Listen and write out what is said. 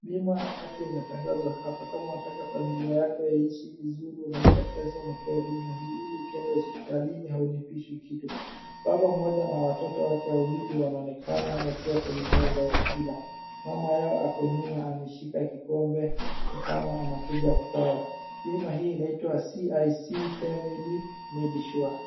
Bima ya afya inatangazwa hapa, kama unataka familia yako iishi vizuri unalipa pesa unapewa bima hii ukienda hosipitalini haulipishwi kitu. Baba mmoja na watoto wake wawili wanaonekana wakiwa kwenye meza wakila, mama yao ako nyuma ameshika kikombe nikama anakuja kwao. Bima hii inaitwa CIC Family Medisure.